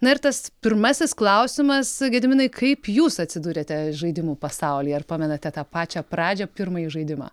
na ir tas pirmasis klausimas gediminai kaip jūs atsidurėte žaidimų pasaulyje ar pamenate tą pačią pradžią pirmąjį žaidimą